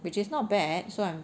which is not bad so I'm